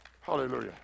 Hallelujah